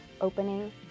opening